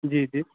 जी जी